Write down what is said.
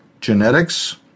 genetics